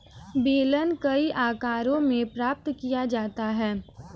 बेलन कई आकारों में प्राप्त किया जाता है